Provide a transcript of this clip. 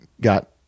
got